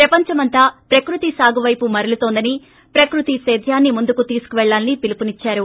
ప్రపంచమంతా ప్రకృతి సాగు వైపు మరలుతోందని ప్రకృతి సేద్యాన్ని ముందు తీసుకెళ్లాలని పిలుపునిచ్చారు